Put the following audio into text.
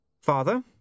Father